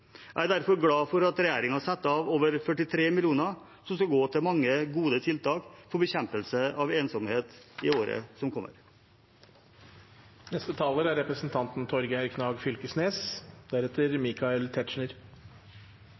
Jeg er derfor glad for at regjeringen setter av over 43 mill. kr som skal gå til mange gode tiltak for bekjempelse av ensomhet i året som kommer. Eg synest det er